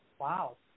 Wow